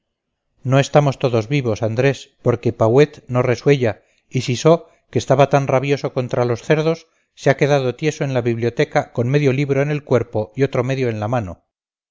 no estamos todos vivos andrés porque pauet no resuella y sisó que estaba tan rabioso contra los cerdos se ha quedado tieso en la biblioteca con medio libro en el cuerpo y otro medio en la mano